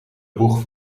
boeg